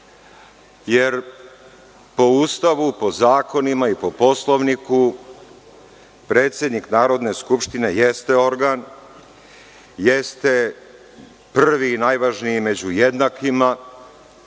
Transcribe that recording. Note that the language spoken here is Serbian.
jer po Ustavu, po zakonima i po Poslovniku predsednik Narodne skupštine jeste organ, jeste prvi i najvažniji među jednakima,